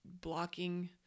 blocking